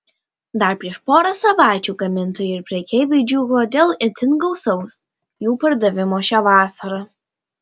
dar prieš porą savaičių gamintojai ir prekeiviai džiūgavo dėl itin gausaus jų pardavimo šią vasarą